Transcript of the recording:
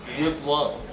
with love!